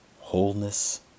wholeness